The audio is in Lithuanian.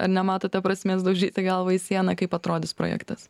ar nematote prasmės daužyti galvą į sieną kaip atrodys projektas